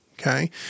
okay